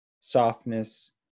Softness